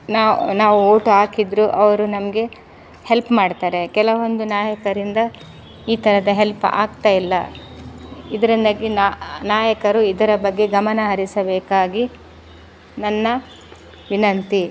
ನಾವು ನಾವು ಓಟು ಹಾಕಿದ್ರು ಅವರು ನಮಗೆ ಹೆಲ್ಪ್ ಮಾಡ್ತಾರೆ ಕೆಲವೊಂದು ನಾಯಕರಿಂದ ಈ ಥರದ ಹೆಲ್ಪ್ ಆಗ್ತಾ ಇಲ್ಲ ಇದರಿಂದಾಗಿ ನಾಯಕರು ಇದರ ಬಗ್ಗೆ ಗಮನಹರಿಸಬೇಕಾಗಿ ನನ್ನ ವಿನಂತಿ